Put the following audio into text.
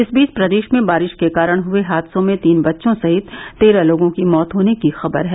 इस बीच प्रदेश में बारिश के कारण हुये हादसों में तीन बच्चों सहित तेरह लोगों की मौत होने की खबर है